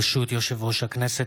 ברשות יושב-ראש הכנסת,